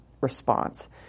response